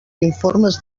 informes